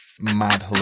Mad